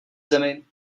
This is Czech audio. zemi